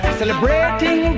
celebrating